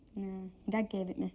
dad gave it me.